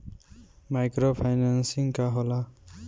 Micro financing का होला?